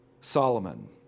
Solomon